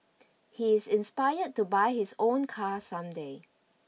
he is inspired to buy his own car some day